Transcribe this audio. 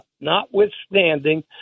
notwithstanding